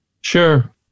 Sure